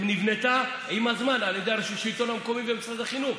היא נבנתה עם הזמן על ידי השלטון המקומי ומשרד החינוך.